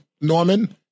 Norman